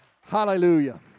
Hallelujah